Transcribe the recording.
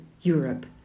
Europe